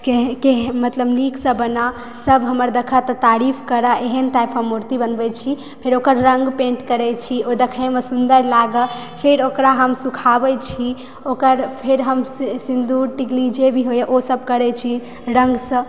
कहय मतलब नीक सऽ बना सब हमर देखत तऽ तारीफ करय एहन हम मूर्ति बनबै छी फेर ओकर रंग पेंट करै छी ओ देखैमे सुन्दर लागय फेर ओकरा हम सुखाबै छी ओकर फेर हम सिन्दूर टिकली जे भी होइया ओ सब करै छी रंग सॅं